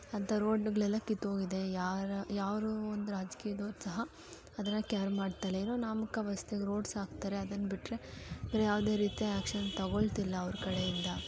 ಅಂತ ರೋಡುಗಳೆಲ್ಲ ಕಿತ್ತೋಗಿದೆ ಯಾರು ಯಾರು ಒಂದು ರಾಜ್ಕೀಯದವ್ರು ಸಹ ಅದನ್ನು ಕ್ಯಾರ್ ಮಾಡ್ತಾಯಿಲ್ಲ ಇನ್ನು ನಾಮ್ಕವಾಸ್ತೆಗೆ ರೋಡ್ಸ್ ಹಾಕ್ತಾರೆ ಅದನ್ನ ಬಿಟ್ಟರೆ ಬೇರೆ ಯಾವುದೇ ರೀತಿ ಆ್ಯಕ್ಷನ್ ತಗೊಳ್ತಿಲ್ಲ ಅವ್ರ ಕಡೆಯಿಂದ